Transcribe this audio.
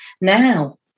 now